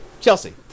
Chelsea